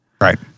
right